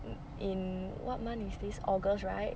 in what month is this august right